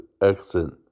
accent